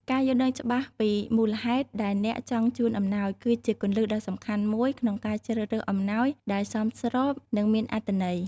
ការយល់ដឹងច្បាស់ពីមូលហេតុដែលអ្នកចង់ជូនអំណោយ គឺជាគន្លឹះដ៏សំខាន់មួយក្នុងការជ្រើសរើសអំណោយដែលសមស្រប និងមានអត្ថន័យ។